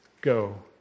Go